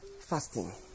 fasting